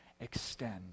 extend